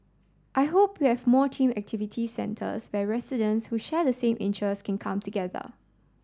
I hope we have more themed activity centres where residents who share the same interests can come together